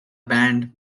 band